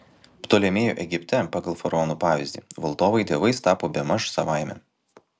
ptolemėjų egipte pagal faraonų pavyzdį valdovai dievais tapo bemaž savaime